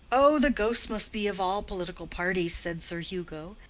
oh, the ghosts must be of all political parties, said sir hugo.